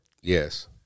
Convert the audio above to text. Yes